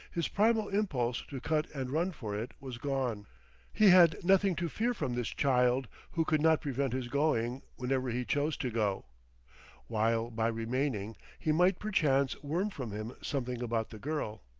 his primal impulse to cut-and-run for it was gone he had nothing to fear from this child who could not prevent his going whenever he chose to go while by remaining he might perchance worm from him something about the girl.